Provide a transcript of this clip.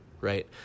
right